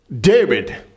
David